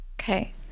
Okay